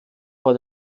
vor